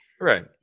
Right